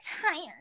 tired